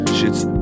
shit's